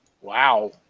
Wow